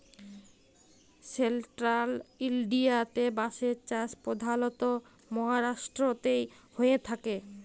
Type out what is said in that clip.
central ইলডিয়াতে বাঁশের চাষ পধালত মাহারাষ্ট্রতেই হঁয়ে থ্যাকে